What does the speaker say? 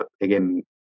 Again